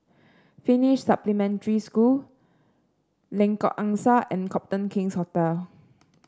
Finnish Supplementary School Lengkok Angsa and Copthorne King's Hotel